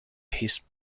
his